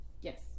yes